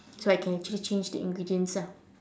so I can actually change the ingredients ah